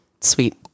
sweet